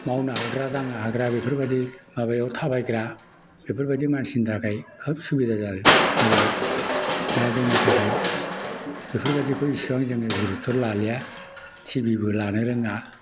मावनो हाग्रा दांनो हाग्रा बेफोरबायदि माबायाव थाबायग्रा बेफोरबायदि मानसिनि थाखाय खोब सुबिदा जादों मोजां जादों दा जोंनि थाखाय बेफोरबायदिखौ एसेबां जोङो गुरुत्त' लालिया टिभिबो लानो रोङा